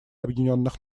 объединенных